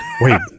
Wait